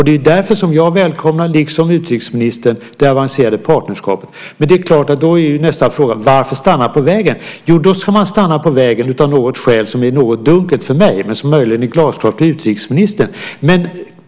Det är därför jag, liksom utrikesministern, välkomnar det avancerade partnerskapet. Då blir emellertid nästa fråga: Varför stanna på halva vägen? Man ska stanna på halva vägen av ett skäl som är något dunkelt för mig; möjligen är det glasklart för utrikesministern.